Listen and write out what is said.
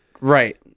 Right